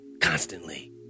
constantly